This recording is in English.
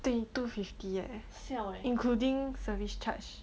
twenty two fifty eh including service charge